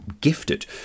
gifted